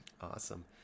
Awesome